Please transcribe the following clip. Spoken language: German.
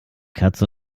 katz